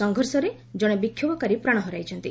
ସଂଘର୍ଷରେ ଜଣେ ବିକ୍ଷୋଭକାରୀ ପ୍ରାଣ ହରାଇଛି